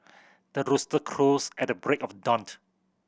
the rooster crows at the break of dawn